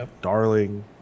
darling